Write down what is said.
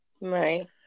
Right